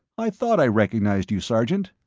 i thought i recognized you, sergeant.